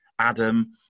Adam